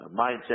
Mindset